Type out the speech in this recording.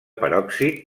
peròxid